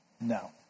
No